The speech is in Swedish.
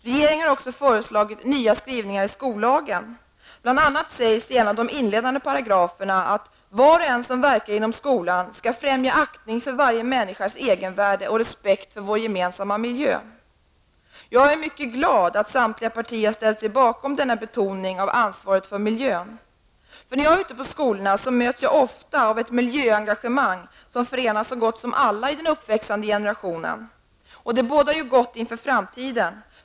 Regeringen har även föreslagit nya skrivningar i skollagen. Bl.a. sägs i en av de inledande paragraferna: ''Var och en som verkar inom skolan skall främja aktning för varje människas egenvärde och respekt för vår gemensamma miljö.'' Jag är mycket glad att samtliga partier har ställt sig bakom denna betoning av ansvaret för miljön. När jag är ute på skolorna möts jag ofta av ett miljöengagemang som förenar så gott som alla i den uppväxande generationen. Detta bådar gott inför framtiden.